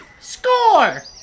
score